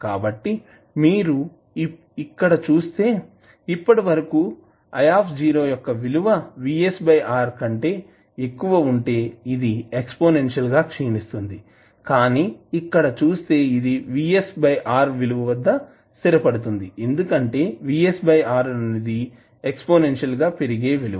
కాబట్టి మీరు ఇక్కడ చూస్తే ఇప్పటివరకు యొక్క విలువ కంటే ఎక్కువ ఉంటే ఇది ఎక్సపోసెన్షియల్ గా క్షీణిస్తుంది కానీ ఇక్కడ చూస్తే ఇది విలువ వద్ద స్థిరపడుతుంది ఎందుకంటే అనునది ఎక్సపోసెన్షియల్ పెరిగే విలువ